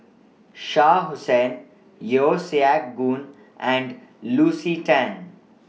Shah Hussain Yeo Siak Goon and Lucy Tan